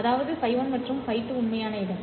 அதாவது φ1 மற்றும் φ2 உண்மையான இடம்